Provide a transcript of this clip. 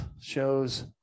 shows